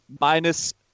minus –